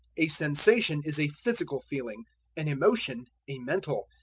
a sensation is a physical feeling an emotion, a mental.